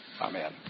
Amen